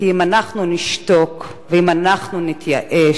כי אם אנחנו נשתוק ואם אנחנו נתייאש,